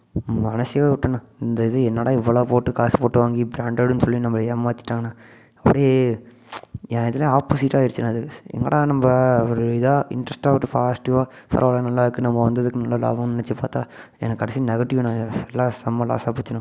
மனசே விட்டேண்ணா இந்த இது என்னடா இவ்வளோ போட்டு காசு போட்டு வாங்கி பிராண்ட்டெட்னு சொல்லி நம்மளை ஏமாற்றிட்டாங்காண்ணா அப்படியே ஏ இதிலயே ஆப்போசிட்டாக ஆயிடுச்சுனா அது எங்கடா நம்ப ஒரு இதாக இன்ட்ரஸ்ட்டாக ஒரு பாசிட்டிவ்வாக பரவாயில்ல நல்லா இருக்குது நம்ப வந்ததுக்கு நல்ல லாபம்னு நினச்சி பார்த்தா எனக்கு கடைசி நெகடிவ்ண்ணணே எல்லாம் செம லாஸ்ஸாக போச்சுண்ணா